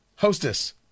Hostess